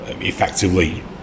Effectively